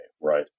right